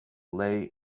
lay